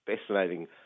fascinating